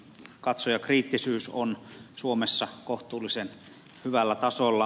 katsojakriittisyys on suomessa kohtuullisen hyvällä tasolla